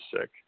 sick